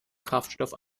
kraftstoff